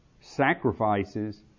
sacrifices